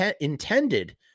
intended